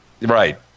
Right